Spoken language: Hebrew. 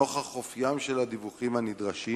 נוכח אופיים של הדיווחים הנדרשים,